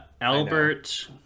albert